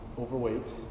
overweight